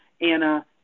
Anna